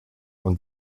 und